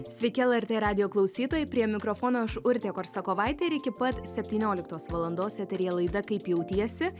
sveiki lrt radijo klausytojai prie mikrofono aš urtė korsakovaitė ir iki pat septynioliktos valandos eteryje laida kaip jautiesi